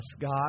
God